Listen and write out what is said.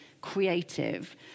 creative